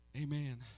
Amen